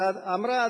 ואמרה,